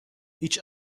هیچ